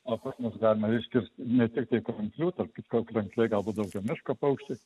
o pas mus gan reiškias ne tiktai kranklių tarp kitko krankliai galbūt daugiau miško paukščiai